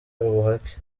ubuhake